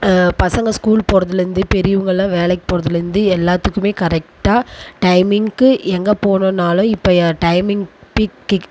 பசங்க ஸ்கூல் போகிறதுலேருந்து பெரியவங்கள்லாம் வேலைக்கு போகிறதுலேருந்து எல்லாத்துக்கும் கரெக்டாக டைமிங்க்கு எங்கே போகணுன்னாலும் இப்போ ய டைமிங் பிக் கிக்